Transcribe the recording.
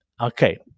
Okay